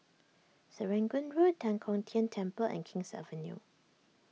Serangoon Road Tan Kong Tian Temple and King's Avenue